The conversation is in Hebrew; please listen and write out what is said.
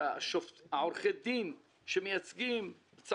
עורכי הדין שמייצגים בבתי הדין,